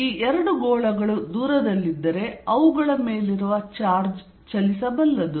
ಈ ಎರಡು ಗೋಳಗಳು ದೂರದಲ್ಲಿದ್ದರೆ ಅವುಗಳ ಮೇಲಿರುವ ಚಾರ್ಜ್ ಚಲಿಸಬಲ್ಲದು